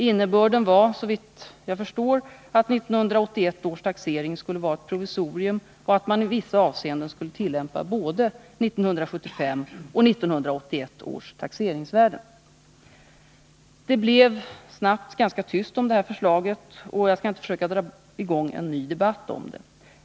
Innebörden var, såvitt jag förstår, att 1981 års taxering skulle vara ett provisorium och att man i vissa avseenden skulle tillämpa både 1975 och 1981 års taxeringsvärden. Det blev snabbt ganska tyst om förslaget, och jag skall inte försöka dra i gång en ny debatt om det.